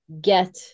get